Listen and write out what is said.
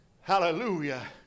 Hallelujah